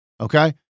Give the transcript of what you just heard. okay